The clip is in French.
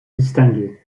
distinguées